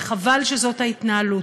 וחבל שזאת ההתנהלות.